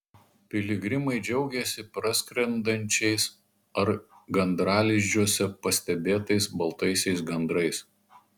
piligrimai džiaugėsi praskrendančiais ar gandralizdžiuose pastebėtais baltaisiais gandrais